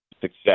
success